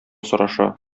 сораша